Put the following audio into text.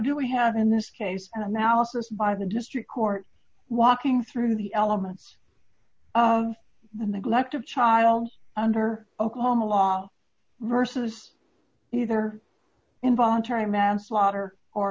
do we have in this case an analysis by the district court walking through the elements in the collective child under oklahoma long versus either involuntary manslaughter or